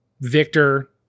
Victor